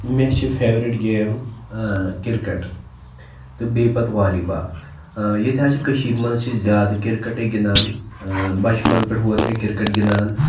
مےٚ چھِ favourite game cricket تہٕ بیٚیہِ پَتہٕ والی بال ییٚتہِ حظ چھِ کٔشیٖرِ منٛز چھِ زیادٕ کِرکَٹٕے گِںٛدان بَچپَن پٮ۪ٹھ ووت مےٚ کِرکَٹ گِنٛدان